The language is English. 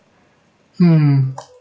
hmm